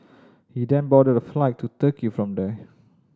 he then boarded a flight to Turkey from there